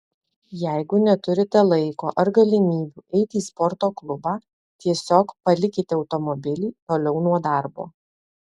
jeigu neturite laiko ar galimybių eiti į sporto klubą tiesiog palikite automobilį toliau nuo darbo